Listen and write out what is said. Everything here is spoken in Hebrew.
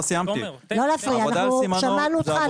שמענו אותך,